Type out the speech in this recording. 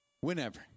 Whenever